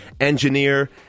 engineer